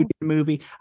movie